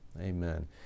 Amen